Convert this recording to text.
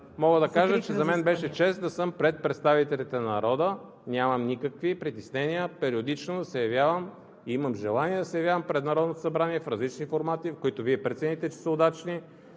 Мога да кажа, че за мен беше чест да съм пред представителите на народа. Нямам никакви притеснения периодично да се явявам и имам желание да се явявам пред Народното събрание в различни формати, в които Вие прецените, че са удачни,